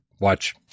watch